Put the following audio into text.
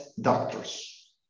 doctors